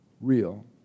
real